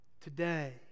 today